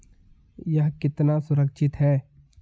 यह कितना सुरक्षित है?